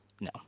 No